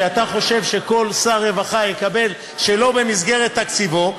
שאתה חושב שכל שר רווחה יקבל שלא במסגרת תקציבו.